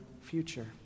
future